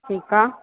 ठीकु आहे